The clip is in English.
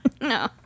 No